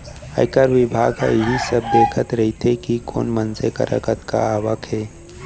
आयकर बिभाग ह इही सब देखत रइथे कि कोन मनसे करा कतका आवक हे